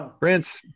Prince